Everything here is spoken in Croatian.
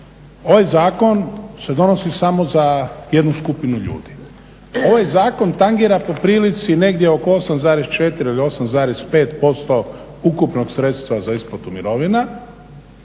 ovaj zakon se donosi samo za jednu skupinu ljudi. Ovaj zakon tangira poprilici negdje oko 8,4 ili 8,5% ukupnog sredstva za isplatu mirovina